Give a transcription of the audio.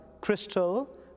Crystal